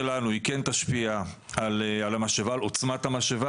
כן תשפיע על עוצמת המשאבה,